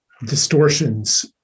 distortions